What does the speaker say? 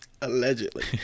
Allegedly